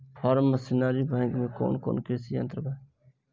Form machinery bank में कौन कौन कृषि यंत्र बा?